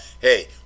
hey